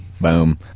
Boom